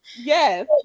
Yes